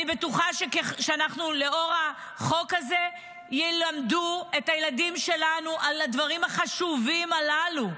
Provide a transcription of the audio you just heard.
אני בטוחה שלאור החוק הזה ילמדו את הילדים שלנו על הדברים החשובים הללו.